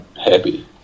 happy